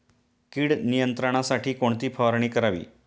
कीड नियंत्रणासाठी कोणती फवारणी करावी?